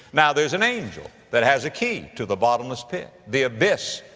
now there's an angel that has a key to the bottomless pit, the abyss.